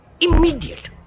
immediate